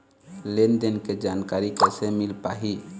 लेन देन के जानकारी कैसे मिल पाही?